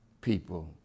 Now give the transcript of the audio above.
people